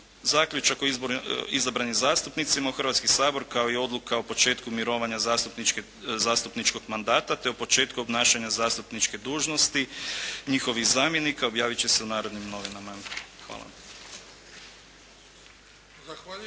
Zaključak o izabranim zastupnicima u Hrvatski sabor kao i odluka o početku mirovanja zastupničkog mandata te o početku obnašanja zastupničke dužnosti njihovih zamjenika objavit će se u "Narodnim novinama". Hvala. **Bebić,